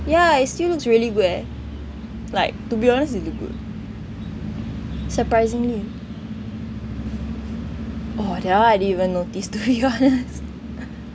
ya it still looks really good eh like to be honest it look good surprisingly oh that [one] I didn't even notice to be honest